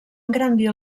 engrandir